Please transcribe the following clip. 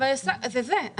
אבל זה זה.